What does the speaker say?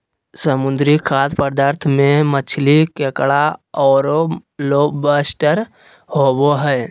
समुद्री खाद्य पदार्थ में मछली, केकड़ा औरो लोबस्टर होबो हइ